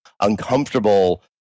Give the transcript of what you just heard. uncomfortable